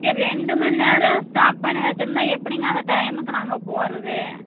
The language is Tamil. இல்லை ரெண்டு மணி நேரம் ஸ்டாப் பண்ணி வச்சுருந்தா எப்படிங்க அந்த டைமுக்கு நாங்கள் போவது